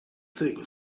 thing